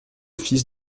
fils